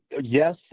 yes